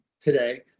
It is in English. today